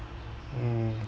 mm